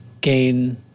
gain